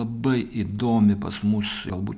labai įdomi pas mus galbūt